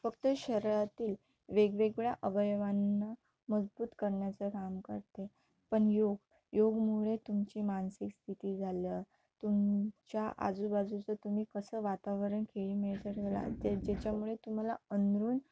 फक्त शरीरातील वेगवेगळ्या अवयवांना मजबूत करण्याचं काम करते पण योग योगमुळे तुमची मानसिक स्थिती झालं तुमच्या आजूबाजूचं तुम्ही कसं वातावरण खेळीमेळीचं ठेवला ते ज्याच्यामुळे तुम्हाला अनरून